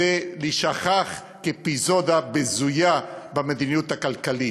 להישכח כאפיזודה בזויה במדיניות הכלכלית.